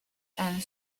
and